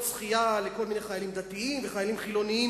שחייה לכל מיני חיילים דתיים וחיילים חילונים?